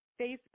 Facebook